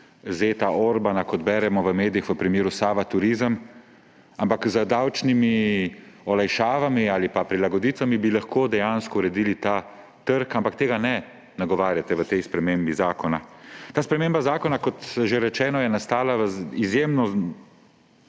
zeta Orbana, kot beremo v medijih v primeru Sava Turizem, ampak z davčnimi olajšavami ali prilagoditvami bi lahko dejansko uredili ta trg. Ampak tega ne nagovarjate v tej spremembi zakona. Ta sprememba zakona, kot že rečeno, je nastala v izjemno